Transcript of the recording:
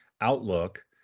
outlook